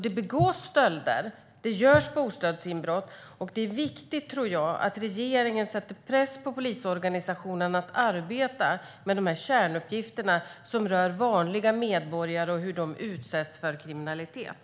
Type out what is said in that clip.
Det begås stölder och det görs bostadsinbrott, och det är viktigt, tror jag, att regeringen sätter press på polisorganisationen att arbeta med de här kärnuppgifterna som rör vanliga medborgare som utsätts för kriminalitet.